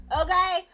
Okay